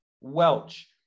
Welch